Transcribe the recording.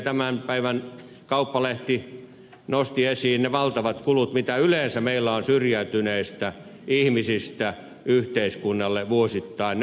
tämän päivän kauppalehti nosti esiin ne valtavat kulut joita yleensä meillä on syrjäytyneistä ihmisistä yhteiskunnalle vuosittain